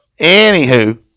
Anywho